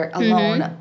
alone